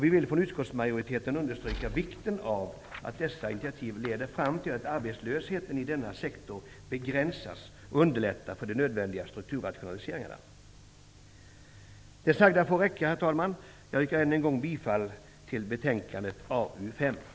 Vi vill från utskottsmajoriteten understryka vikten av att dessa initiativ leder fram till att arbetslösheten i denna sektor begränsas och att man underlättar för de nödvändiga strukturrationaliseringarna. Herr talman! Det sagda får räcka. Jag yrkar än en gång bifall till utskottets hemställan i betänkande